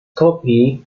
copy